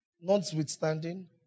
notwithstanding